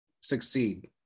succeed